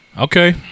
Okay